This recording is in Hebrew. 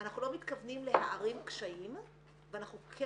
אנחנו לא מתכוונים להערים קשיים ואנחנו כן